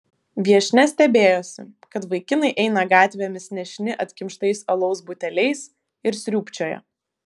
viešnia stebėjosi kad vaikinai eina gatvėmis nešini atkimštais alaus buteliais ir sriūbčioja